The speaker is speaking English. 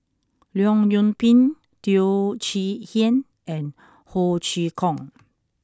Leong Yoon Pin Teo Chee Hean and Ho Chee Kong